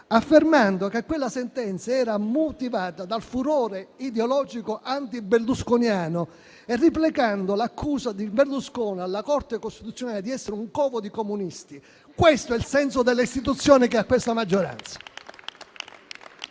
affermando che quella sentenza era motivata dal furore ideologico anti-berlusconiano e replicando l'accusa di Berlusconi alla Corte costituzionale di essere un covo di comunisti. Questo è il senso delle istituzioni che ha questa maggioranza.